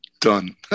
done